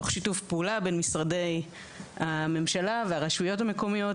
תוך שיתופי פעולה בן משרדי הממשלה והרשויות המקומיות.